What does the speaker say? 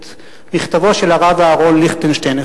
את מכתבו של הרב אהרן ליכטנשטיין,